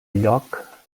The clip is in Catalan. lloc